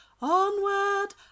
onward